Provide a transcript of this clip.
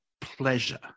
pleasure